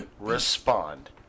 respond